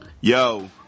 yo